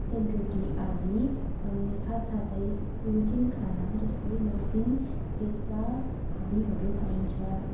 सेलरोटी आदि अनि साथसाथै टिबेटन खाना जस्तै लाफिङ सेप्टा आदिहरू पाइन्छ